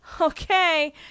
okay